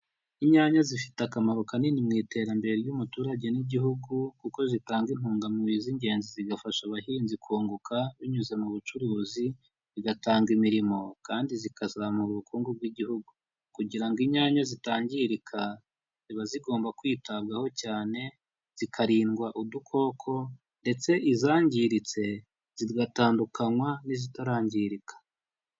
Inyanya zifite akamaro kanini mu iterambere ry'umuturage n'igihugu, kuko zitanga intungamubiri z'ingenzi zigafasha abahinzi kunguka binyuze mu bucuruzi, bigatanga imirimo kandi zikazamura ubukungu bw'igihugu, kugira ngo inyanya zitangirika ziba zigomba kwitabwaho cyane zikarindwa udukoko ndetse izangiritse zigatandukanywa n'izitarangirika.